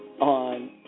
on